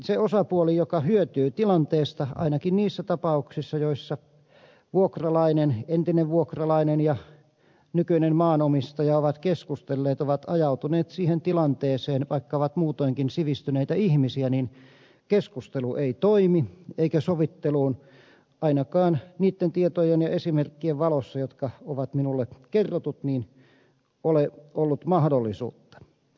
ne osapuolet jotka hyötyvät tilanteesta ainakin niissä tapauksissa joissa vuokralainen entinen vuokralainen ja nykyinen maanomistaja ovat keskustelleet ovat ajautuneet siihen tilanteeseen vaikka ovat muutoinkin sivistyneitä ihmisiä että keskustelu ei toimi eikä sovitteluun ainakaan niitten tietojen ja esimerkkien valossa jotka on minulle kerrottu ole ollut mahdollisuutta